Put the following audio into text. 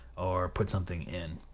or put something in.